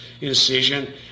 incision